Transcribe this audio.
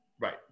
Right